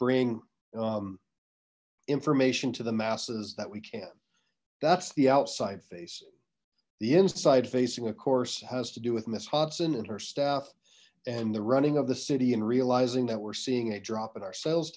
bring information to the masses that we can that's the outside facing the inside facing a course has to do with miss hudson and her staff and the running of the city and realizing that we're seeing a drop in our sales